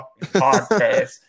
podcast